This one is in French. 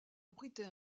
abritait